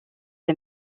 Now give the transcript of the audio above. ses